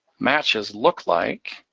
matches look like.